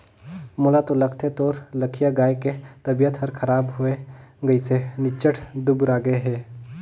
मोला तो लगथे तोर लखिया गाय के तबियत हर खराब होये गइसे निच्च्ट दुबरागे हे